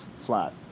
flat